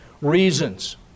reasons